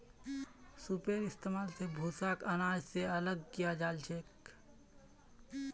सूपेर इस्तेमाल स भूसाक आनाज स अलग कियाल जाछेक